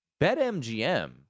BetMGM